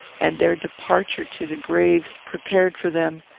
and their departure to the graves prepared for them,